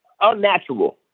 unnatural